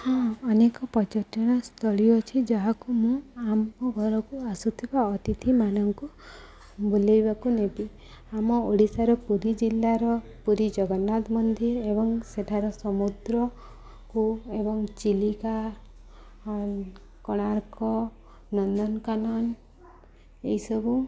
ହଁ ଅନେକ ପର୍ଯ୍ୟଟନସ୍ଥଳୀ ଅଛି ଯାହାକୁ ମୁଁ ଆମ ଘରକୁ ଆସୁଥିବା ଅତିଥିମାନଙ୍କୁ ବୁଲାଇବାକୁ ନେବି ଆମ ଓଡ଼ିଶାର ପୁରୀ ଜିଲ୍ଲାର ପୁରୀ ଜଗନ୍ନାଥ ମନ୍ଦିର ଏବଂ ସେଠାର ସମୁଦ୍ରକୁ ଏବଂ ଚିଲିକା କୋଣାର୍କ ନନ୍ଦନକାନନ ଏହିସବୁ